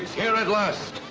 here at last.